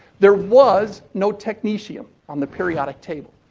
there was no technetium on the periodic table.